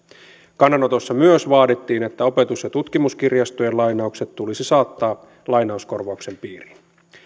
kannanotossa myös vaadittiin että opetus ja tutkimuskirjastojen lainaukset tulisi saattaa lainauskorvauksen piiriin